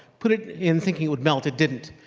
put it in thinking it would melt. it didn't.